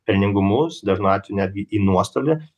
pelningumus dažnu atveju netgi į nuostolį